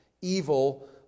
evil